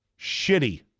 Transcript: Shitty